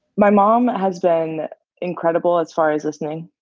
my mom has been incredible as far as listening.